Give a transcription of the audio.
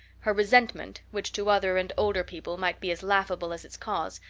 her resentment, which to other and older people might be as laughable as its cause,